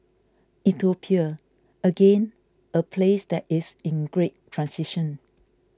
Ethiopia again a place that is in great transition